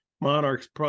Monarchs